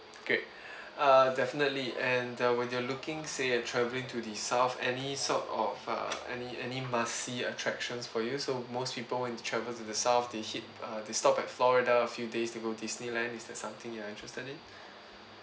great uh definitely and uh when you're looking say and travelling to the south any sort of uh any any must see attractions for you so most people when travel to the south they hit they stop at florida a few days to go disneyland is that something you are interested in